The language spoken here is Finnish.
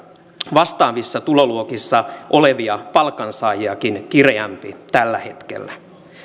vastaavissa tuloluokissa olevia palkansaajiakin kireämpi tällä hetkellä